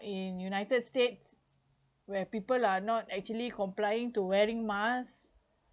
in united states where people are not actually complying to wearing mask